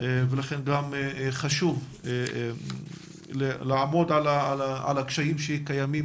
ולכן גם חשוב לעמוד על הקשיים שקיימים